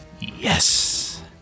Yes